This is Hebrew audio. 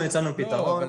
אנחנו הצענו פתרון.